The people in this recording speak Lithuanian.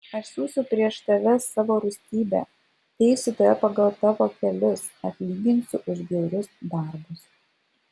aš siųsiu prieš tave savo rūstybę teisiu tave pagal tavo kelius atlyginsiu už bjaurius darbus